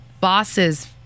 bosses